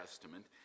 Testament